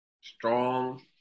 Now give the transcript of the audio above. strong